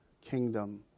kingdom